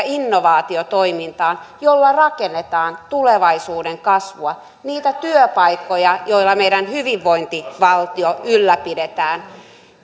innovaatiotoimintaan jolla rakennetaan tulevaisuuden kasvua niitä työpaikkoja joilla meidän hyvinvointivaltio ylläpidetään